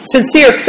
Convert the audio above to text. sincere